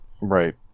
Right